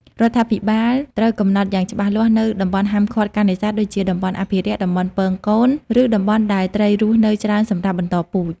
រដ្ឋាភិបាលត្រូវកំណត់យ៉ាងច្បាស់លាស់នូវតំបន់ហាមឃាត់ការនេសាទ ដូចជាតំបន់អភិរក្ស តំបន់ពងកូន ឬតំបន់ដែលត្រីរស់នៅច្រើនសម្រាប់បន្តពូជ។